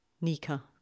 Nika